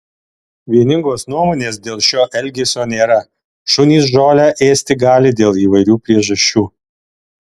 vieningos nuomonės dėl šio elgesio nėra šunys žolę ėsti gali dėl įvairių priežasčių